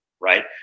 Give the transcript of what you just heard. right